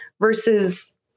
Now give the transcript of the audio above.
versus